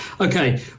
Okay